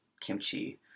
kimchi